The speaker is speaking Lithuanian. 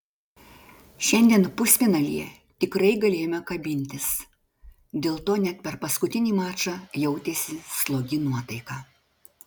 šiandien pusfinalyje tikrai galėjome kabintis dėl to net per paskutinį mačą jautėsi slogi nuotaika